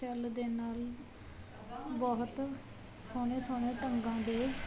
cell ਦੇ ਨਾਲ ਬਹੁਤ ਸੋਹਣੇ ਸੋਹਣੇ ਢੰਗਾਂ ਦੇ